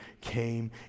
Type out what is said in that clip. came